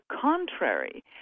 contrary